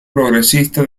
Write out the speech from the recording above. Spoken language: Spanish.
progresista